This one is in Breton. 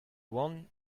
oan